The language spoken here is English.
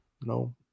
No